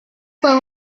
fue